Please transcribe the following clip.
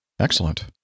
Excellent